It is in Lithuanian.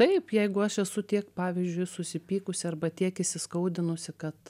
taip jeigu aš esu tiek pavyzdžiui susipykusi arba tiek įsiskaudinusi kad